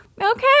Okay